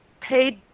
paid